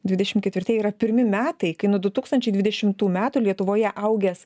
dvidešim ketvirtieji yra pirmi metai kai nuo du tūkstančiai dvidešimtų metų lietuvoje augęs